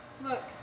Look